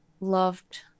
loved